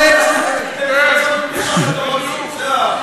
ובלבד שהחוק הישראלי יחול ביהודה ושומרון.